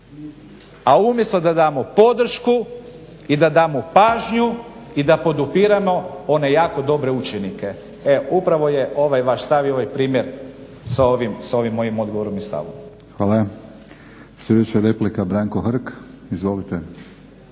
a umjesto da damo podršku i da damo pažnju i da podupiremo one jako dobre učenike. Evo upravo je ovaj vaš stav i ovaj primjer s ovim mojim odgovorom i stavom. **Stazić, Nenad (SDP)** Hvala. Sljedeća replika Branko Hrk. Izvolite.